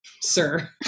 sir